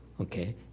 Okay